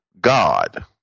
God